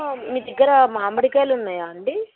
మీ దగ్గర మామిడి కాయలు ఉన్నాయా అండి